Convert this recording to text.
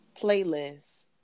Playlist